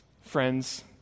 Friends